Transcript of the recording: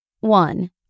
One